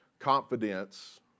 confidence